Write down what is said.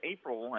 April